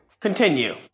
Continue